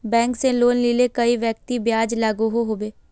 Bank से loan लिले कई व्यक्ति ब्याज लागोहो होबे?